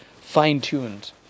fine-tuned